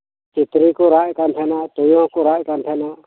ᱛᱤᱛᱨᱤᱠᱩ ᱨᱟᱜᱮᱫ ᱠᱟᱱ ᱛᱟᱦᱮᱱᱟ ᱛᱩᱭᱩ ᱦᱚᱸᱠᱩ ᱨᱟᱜ ᱮᱫ ᱠᱟᱱᱛᱟᱦᱮᱸᱱᱟ